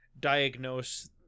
diagnose